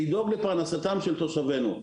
לדאוג לפרנסתם של תושבינו.